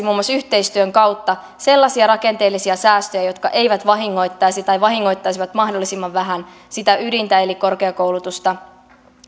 muun muassa yhteistyön kautta sellaisia rakenteellisia säästöjä jotka eivät vahingoittaisi tai vahingoittaisivat mahdollisimman vähän sitä ydintä eli korkeakoulutusta